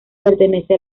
pertenece